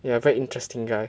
ya very interesting guy